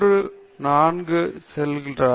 எனவே நீ மூன்று முதல் நான்கு வரை செல்கிறாய்